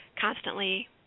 constantly